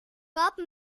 cup